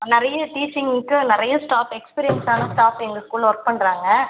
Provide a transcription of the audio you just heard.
நிறைய டீச்சிங்க்கு நிறைய ஸ்டாஃப் எக்ஸ்பீரியென்ஸ்சான ஸ்டாஃப் எங்கள் ஸ்கூலில் ஒர்க் பண்ணுறாங்க